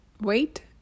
wait